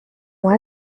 ont